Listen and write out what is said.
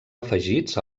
afegits